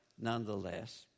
nonetheless